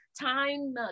time